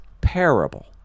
parable